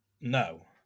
No